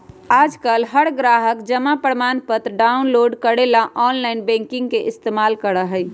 आजकल हर ग्राहक जमा प्रमाणपत्र डाउनलोड करे ला आनलाइन बैंकिंग के इस्तेमाल करा हई